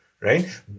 right